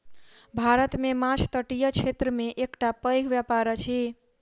भारत मे माँछ तटीय क्षेत्र के एकटा पैघ व्यापार अछि